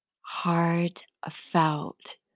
heartfelt